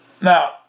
Now